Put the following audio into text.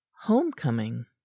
homecoming